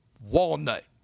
Walnut